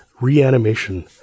reanimation